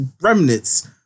remnants